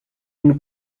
une